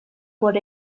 por